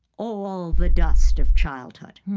all the dust of childhood.